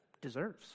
deserves